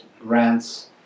grants